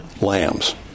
lambs